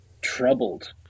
troubled